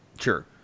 sure